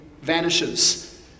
vanishes